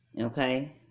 Okay